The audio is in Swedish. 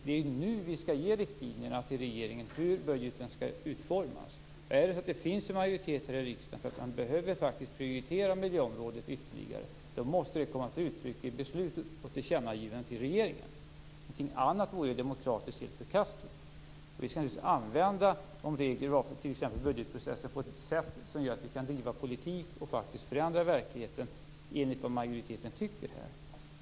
Det är nu som vi skall ge riktlinjerna till regeringen om hur budgeten skall utformas. Finns det en majoritet här i riksdagen för att man behöver prioritera miljöområdet ytterligare måste det komma till uttryck i beslutet och tillkännagivandet till regeringen. Någonting annat vore demokratiskt helt förkastligt. Vi skall naturligtvis använda de regler vi har för t.ex. budgetprocessen på ett sätt som gör att vi kan driva politik och förändra verkligheten enligt vad majoriteten tycker.